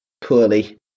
poorly